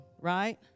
right